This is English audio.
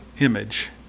image